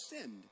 sinned